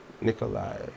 Nikolai